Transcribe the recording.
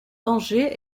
danger